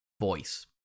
voice